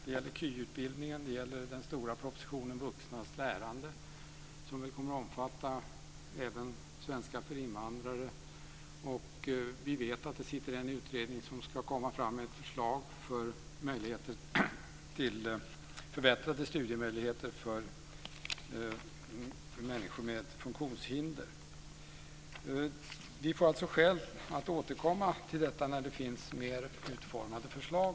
Det gäller KY-utbildningen och den stora propositionen om vuxnas lärande som också kommer att omfatta svenska för invandrare. Vi vet att en utredning ska komma med förslag om förbättrade studiemöjligheter för människor med funktionshinder. Vi får skäl att återkomma till det när det finns fler utformade förslag.